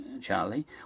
Charlie